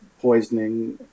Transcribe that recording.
poisoning